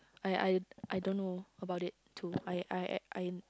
I I I don't know about it to I I I